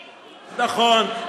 נכון,